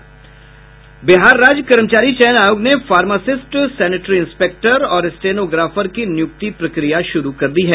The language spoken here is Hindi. बिहार राज्य कर्मचारी चयन आयोग ने फार्मास्सिट सेनिटरी इंस्पेक्टर और स्टेनोग्राफर की नियुक्ति प्रक्रिया शुरू कर दी है